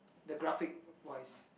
the graphic wise